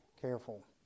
careful